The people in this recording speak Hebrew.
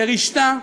לרשתה,